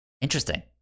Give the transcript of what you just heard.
Interesting